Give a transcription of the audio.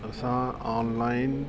असां ऑनलाइन